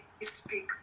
speak